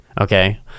Okay